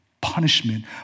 punishment